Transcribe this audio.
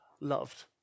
loved